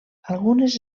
algunes